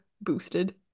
boosted